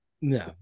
No